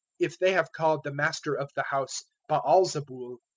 if they have called the master of the house baal-zebul,